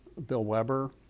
bill weber,